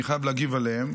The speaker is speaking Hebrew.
ואני חייב להגיב עליהם.